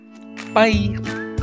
Bye